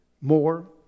more